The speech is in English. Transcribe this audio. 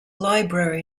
library